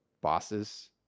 bosses